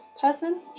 person